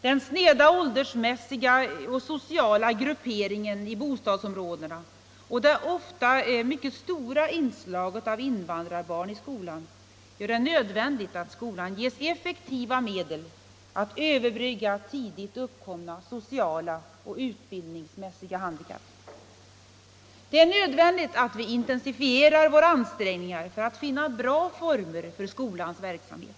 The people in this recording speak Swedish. Den sneda åldersmässiga och sociala grupperingen i bostadsområdena och det ofta mycket stora inslaget av invandrarbarn i skolan gör det nödvändigt att skolan ges effektiva medel att överbrygga tidigt uppkomna sociala och utbildningsmässiga handikapp. Det är nödvändigt att vi intensifierar våra ansträngningar för att finna bra former för skolans verksamhet.